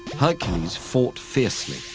hercules fought fiercely,